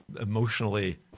emotionally